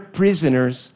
prisoners